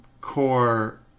core